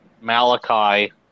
Malachi